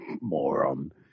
moron